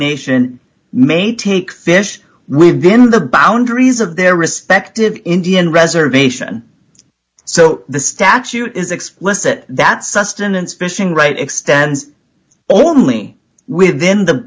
nation may take fish we've been the boundaries of their respective indian reservation so the statute is explicit that sustenance fishing right extends all the only within the